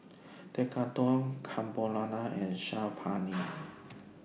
Tekkadon Carbonara and Saag Paneer